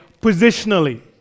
positionally